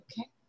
Okay